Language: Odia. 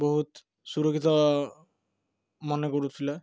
ବହୁତ ସୁରକ୍ଷିତ ମନେ କରୁଥିଲା